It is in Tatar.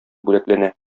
бүләкләнә